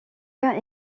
cas